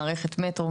מערכת מטרו,